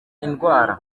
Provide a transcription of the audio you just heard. indwara